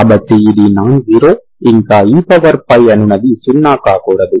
కాబట్టి ఇది non zero ఇంకా e అనునది 0 కాకూడదు